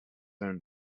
own